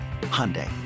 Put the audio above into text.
Hyundai